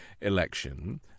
election